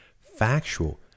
factual